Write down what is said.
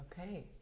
Okay